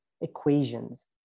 equations